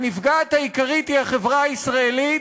הנפגעת העיקרית היא החברה הישראלית,